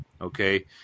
okay